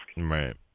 Right